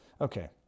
Okay